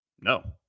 no